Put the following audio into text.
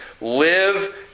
live